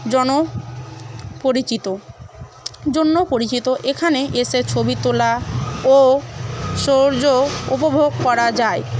জন পরিচিত জন্য পরিচিত এখানে এসে ছবি তোলা ও সৌন্দর্য উপভোগ করা যায়